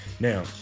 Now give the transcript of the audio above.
Now